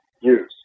use